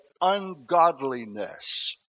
ungodliness